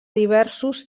diversos